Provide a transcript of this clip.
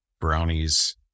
brownies